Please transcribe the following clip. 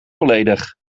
volledig